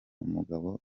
umugabo